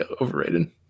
overrated